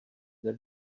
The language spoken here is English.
they